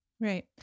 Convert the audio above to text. Right